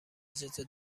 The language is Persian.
اجازه